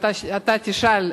אתה תשאל,